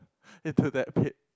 into that pit